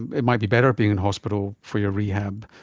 and it might be better being in hospital for your rehab.